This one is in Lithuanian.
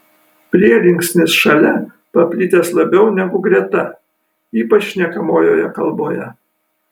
prielinksnis šalia paplitęs labiau negu greta ypač šnekamojoje kalboje